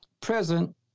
present